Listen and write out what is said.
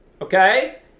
Okay